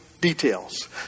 details